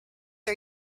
are